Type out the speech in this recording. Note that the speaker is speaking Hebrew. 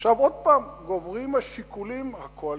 עכשיו עוד פעם גוברים השיקולים הקואליציוניים,